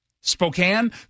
Spokane